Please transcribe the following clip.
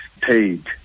paid